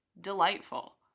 delightful